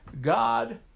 God